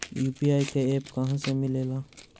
UPI का app कहा से मिलेला?